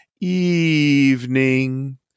evening